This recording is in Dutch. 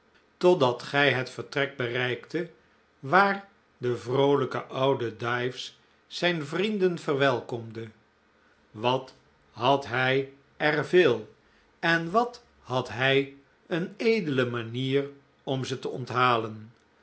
totdat gij het vertrek bereikte waar de vroolijke oude dives zijn vrienden verwelkomde wat had hij er veel en wat had hij een edele manier om ze te onthalen